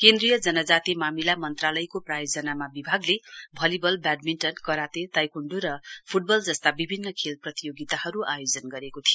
केन्द्रीय जनजाति मामिला मन्त्रालयको प्रायोजनामा विभागले भलीबल ब्याडमिण्टन कराते ताइकोण्डू र फुटबल जस्ता विभिन्न खेल प्रतियोगिताहरु आयोजन गरेको थियो